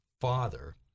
father